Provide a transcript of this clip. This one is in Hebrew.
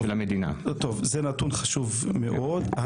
זה נתון חשוב מאוד.